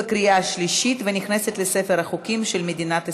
ובקריאה שלישית ונכנסת לספר החוקים של מדינת ישראל.